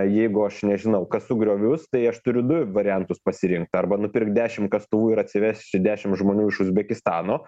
jeigu aš nežinau kasu griovius tai aš turiu du variantus pasirinkt arba nupirkt dešimt kastuvų ir atsivežt čia dešimt žmonių iš uzbekistano